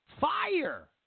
Fire